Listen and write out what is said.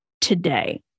today